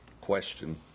Question